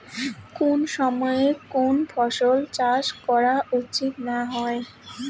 কুন সময়ে কুন ফসলের চাষ করা উচিৎ না হয়?